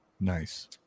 Nice